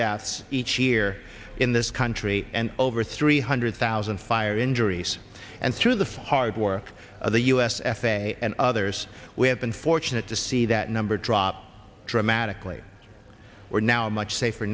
deaths each year in this country and over three hundred thousand fire injuries and through the five work of the u s f a a and others we have been fortunate to see that number drop dramatically we're now much safer